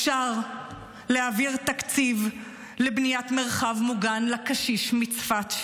אפשר להעביר תקציב לבניית מרחב מוגן לקשיש מצפת,